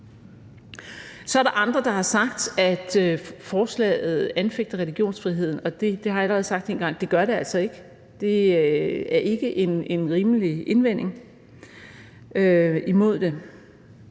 Så er der andre, der har sagt, at forslaget anfægter religionsfriheden. Det har jeg allerede en gang sagt at det altså ikke gør. Det er ikke en rimelig indvending imod det,